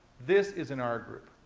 this is an r group.